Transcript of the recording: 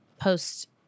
Post